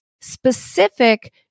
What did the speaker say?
specific